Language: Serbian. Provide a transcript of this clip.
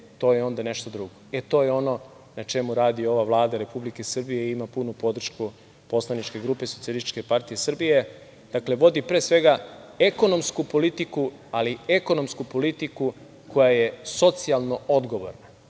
to je onda nešto drugo.E, to je ono na čemu radi ova Vlada Republike Srbije i ima punu podršku Poslaničke grupe Socijalističke partije Srbije. Dakle, vodi pre svega ekonomsku politiku, ali ekonomsku politiku koja je socijalno odgovorna